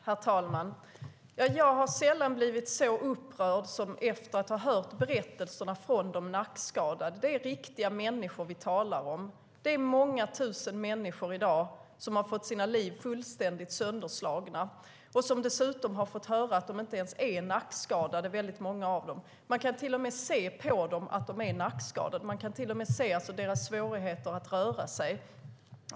Herr talman! Jag har sällan blivit så upprörd som när jag hört de nackskadades berättelser. Det är riktiga människor vi talar om. Det finns i dag många tusen som fått sina liv fullständigt sönderslagna, och många av dem har dessutom fått höra att de inte är nackskadade. Man kan se på dem att de är nackskadade. Man kan se att de har svårigheter att röra sig.